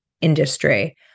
industry